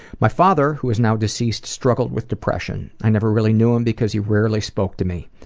my father, who is now deceased, struggled with depression. i never really knew him because he rarely spoke to me.